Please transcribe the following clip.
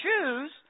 choose